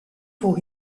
for